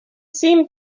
seemed